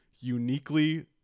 uniquely